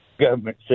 government